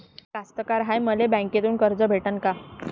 मी कास्तकार हाय, मले बँकेतून कर्ज भेटन का?